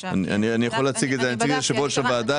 אני יכול להציג את זה ליושב-ראש הוועדה.